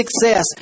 success